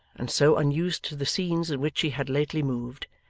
and so unused to the scenes in which she had lately moved,